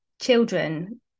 children